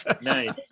nice